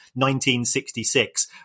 1966